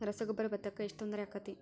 ರಸಗೊಬ್ಬರ, ಭತ್ತಕ್ಕ ಎಷ್ಟ ತೊಂದರೆ ಆಕ್ಕೆತಿ?